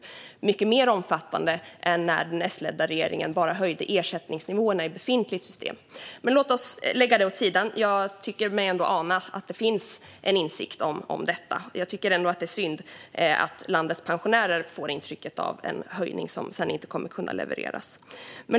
Det är mycket mer omfattande än när den S-ledda regeringen bara höjde ersättningsnivåerna i befintligt system. Men låt oss lägga det åt sidan. Jag tycker mig ändå ana att det finns en insikt om detta. Jag tycker ändå att det är synd att landets pensionärer får intryck av en höjning som sedan inte kommer att kunna levereras.